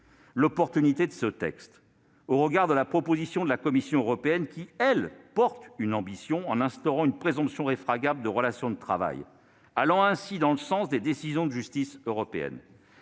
l'opportunité de ce texte au regard de la proposition de la Commission européenne, qui, elle, porte une ambition en instaurant une présomption réfragable de relation de travail, allant ainsi dans le sens des décisions de justice européennes.